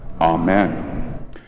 Amen